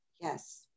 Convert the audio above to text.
Yes